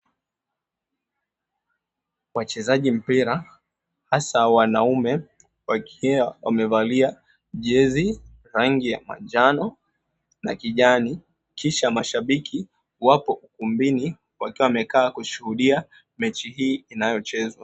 Wachezaji mpira, hasa wanaume wakiwa wamevalia jezi rangi ya manjano na kijani. Kisha mashabiki wapo ukumbuni wakiwa wamekaa kushuhudia mechi hii inayochezwa.